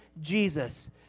Jesus